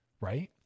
right